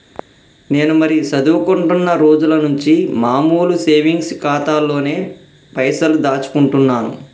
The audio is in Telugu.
నేను మరీ చదువుకుంటున్నా రోజుల నుంచి మామూలు సేవింగ్స్ ఖాతాలోనే పైసలు దాచుకుంటున్నాను